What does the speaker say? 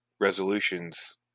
resolutions